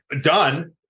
done